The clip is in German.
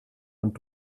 und